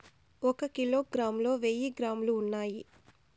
ఒక కిలోగ్రామ్ లో వెయ్యి గ్రాములు ఉన్నాయి